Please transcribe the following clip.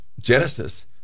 Genesis